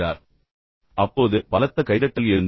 அவர் பேசத் தொடங்கியபோது பலத்த கைதட்டல் எழுந்தது